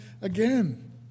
again